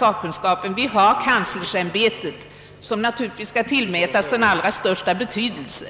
Naturligtvis skall också kanslersämbetet tillmätas den allra största betydelse.